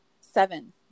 Seven